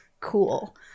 cool